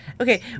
Okay